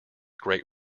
great